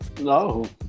No